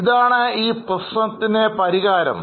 ഇതാണ് ഈ പ്രശ്നത്തിന് പരിഹാരം